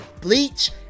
bleach